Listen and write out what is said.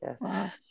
Yes